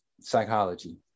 psychology